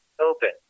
open